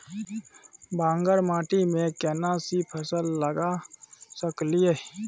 बांगर माटी में केना सी फल लगा सकलिए?